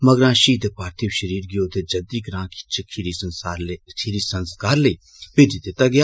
मगरा शहीद दे पार्थिव शरीर गी ओदे जद्दी ग्रां खीरी संस्कार लेई मेजी दित्ता गेआ